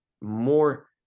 more